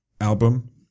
album